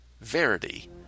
Verity